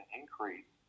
increase